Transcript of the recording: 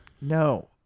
No